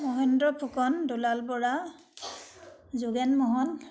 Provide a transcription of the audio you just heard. Mahendra Phukan Dulal Bora Jogen Mohan